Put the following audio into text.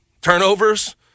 turnovers